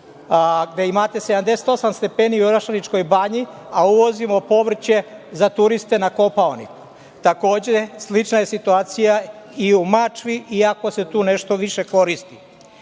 gde imate 78 stepeni u ….banji, a uvozimo povrće za turiste na Kopaoniku. Takođe, slična je situacija i u Mačvi iako se tu nešto više koristi.